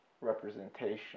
representation